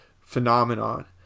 phenomenon